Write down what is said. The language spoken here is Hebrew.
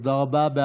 (חותם על ההצהרה) תודה רבה.